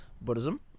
buddhism